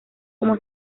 como